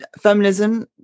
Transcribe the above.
feminism